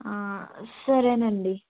సరేనండి